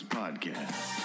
podcast